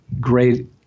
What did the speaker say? great